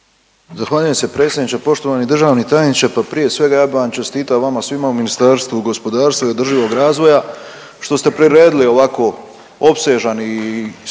Zahvaljujem se predsjedniče. Poštovani državni tajniče pa prije svega ja bi vam čestitao vama svima u Ministarstvu gospodarstva i održivog razvoja što ste priredili ovako opsežan i studiozan